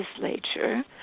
legislature